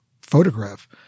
photograph